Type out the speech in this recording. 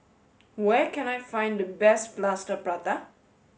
where can I find the best Plaster Prata